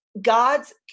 God's